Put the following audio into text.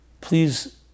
please